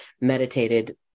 meditated